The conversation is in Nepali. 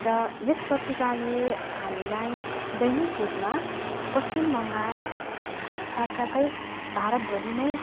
र यस पत्रिकाले हामीलाई दैनिक रूपमा पश्चिम बङ्गाल साथ साथै भारतभरि नै